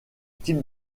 type